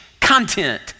content